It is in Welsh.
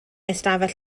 ystafell